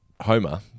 Homer